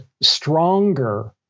stronger